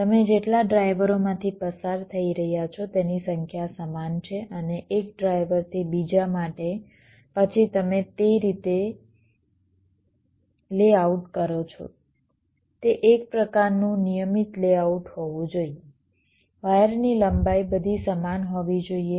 તમે જેટલા ડ્રાઇવરોમાંથી પસાર થઈ રહ્યા છો તેની સંખ્યા સમાન છે અને એક ડ્રાઇવરથી બીજા માટે પછી તમે જે રીતે લેઆઉટ કરો છો તે એક પ્રકારનું નિયમિત લેઆઉટ હોવું જોઈએ વાયરની લંબાઈ બધી સમાન હોવી જોઈએ